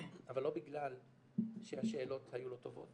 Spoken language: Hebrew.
אבל לא בגלל שהשאלות היו לא טובות